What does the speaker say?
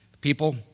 people